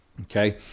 Okay